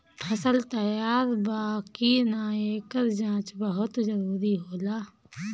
फसल तैयार बा कि ना, एकर जाँच बहुत जरूरी होला